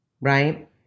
right